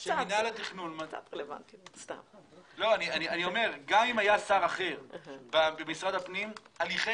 גם אם היה שר אחר במשרד הפנים שהבינה שהליכי